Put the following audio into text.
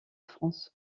france